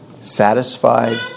satisfied